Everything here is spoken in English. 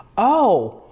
oh.